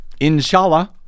Inshallah